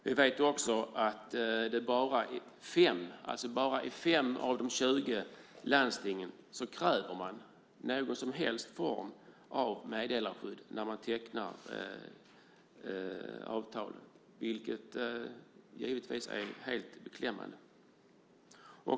Vi vet också att man bara i 5 av de 20 landstingen kräver någon som helst form av meddelarskydd när man tecknar avtal, vilket givetvis är högst beklämmande.